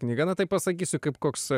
knyga na tai pasakysiu kaip koks